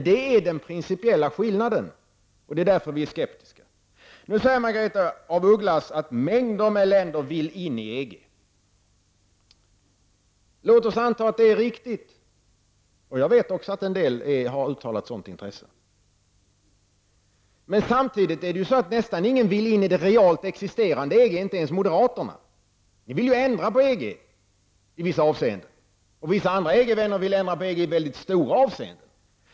Det är den principiella skillnaden, och det är därför som vi är skeptiska. Margaretha af Ugglas säger här i debatten att mängder av länder vill in i EG. Låt oss anta att det är riktigt, och jag vet också att en del länder har uttalat ett sådant intresse. Samtidigt är det så att nästan ingen vill in i det realt existerande EG, inte ens moderaterna. De vill ändra på EG i vissa avseenden. Och vissa andra EG-vänner vill ändra EG i mycket väsentliga avseenden.